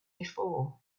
before